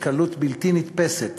בקלות בלתי נתפסת